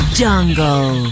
jungle